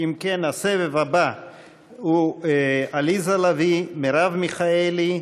אם כן, הסבב הבא הוא: עליזה לביא, מרב מיכאלי,